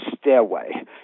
stairway